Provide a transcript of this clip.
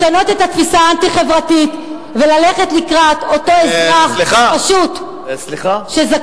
לשנות את התפיסה האנטי-חברתית וללכת לקראת אותו אזרח פשוט שזקוק,